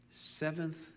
Seventh